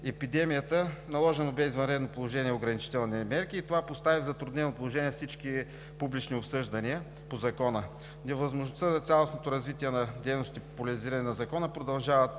епидемията, наложено бе извънредно положение, ограничителни мерки и това постави в затруднено положение всички публични обсъждания по Закона. Невъзможността за цялостното развитие на дейностите по популяризиране на Закона продължават